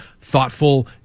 thoughtful